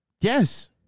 yes